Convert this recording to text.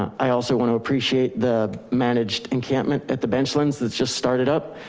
i also want to appreciate the managed encampment at the bench lends that just started up.